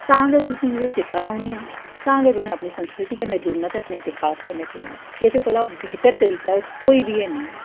तां गै तुसेंगी ओह् चेता रौह्नियां तां गै तुसें अपनी संस्कृति कन्नै जुड़ना ते अपने इतेहास कन्नै जुड़ना एह्दे कोला बेह्तर तरीका हर कोई बी है नी ऐ